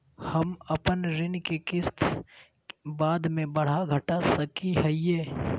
हम अपन ऋण के किस्त बाद में बढ़ा घटा सकई हियइ?